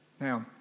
Now